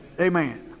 Amen